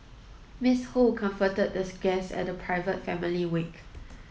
Miss Ho comforted guest at the private family wake